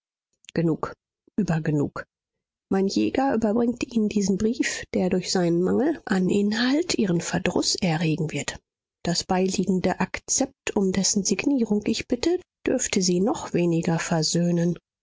bedeckt erwachte genug übergenug mein jäger überbringt ihnen diesen brief der durch seinen mangel an inhalt ihren verdruß erregen wird das beiliegende akzept um dessen signierung ich bitte dürfte sie noch weniger versöhnen